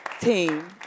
team